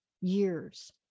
years